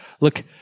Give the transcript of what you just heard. look